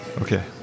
Okay